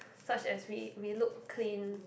such as we we look clean